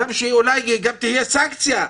ואולי גם שתהיה סנקציה,